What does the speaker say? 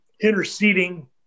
interceding